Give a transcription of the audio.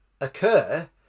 occur